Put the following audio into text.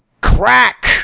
crack